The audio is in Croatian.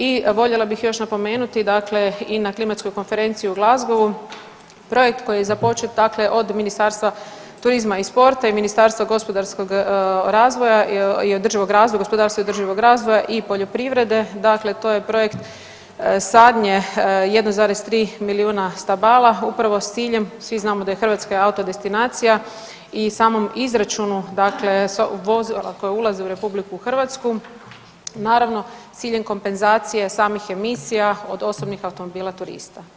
I voljela bih još napomenuti dakle i na klimatskoj konferenciju u Glasgowu projekt koji je započet dakle od Ministarstva turizma i sporta i Ministarstva gospodarskog razvoja i održivog razvoja, gospodarskog i održivog razvoja i poljoprivrede, dakle to je projekt sadnje 1,3 milijuna stabala upravo s ciljem, svi znamo da je Hrvatska auto destinacija i samom izračunu dakle sva vozila koja ulaze u RH naravno s ciljem kompenzacije samih emisija od osobnih automobila i turista.